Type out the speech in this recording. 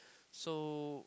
so